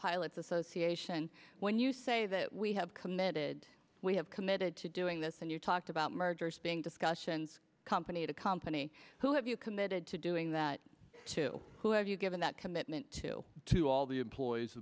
pilots association when you say that we have committed we have committed to doing this and you talked about mergers being discussions company to company who have you committed to doing that to who have you given that commitment to to all the employees